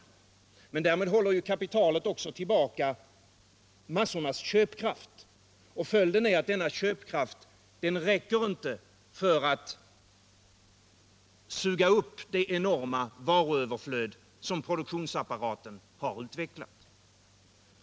Onsdagen den Men därmed håller kapitalet också tillbaka massornas köpkraft, och följ 7 december 1977 den är att denna köpkraft inte räcker för att suga upp det enorma va= LL ruöverflöd som produktionsapparaten har utvecklat.